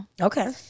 Okay